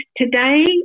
today